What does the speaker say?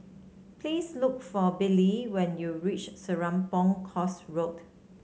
please look for Billye when you reach Serapong Course Road